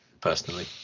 personally